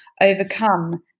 overcome